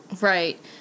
Right